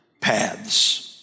paths